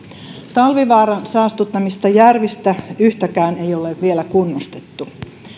talvivaaran saastuttamista järvistä yhtäkään ei ole vielä kunnostettu